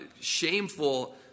shameful